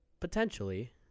Potentially